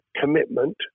commitment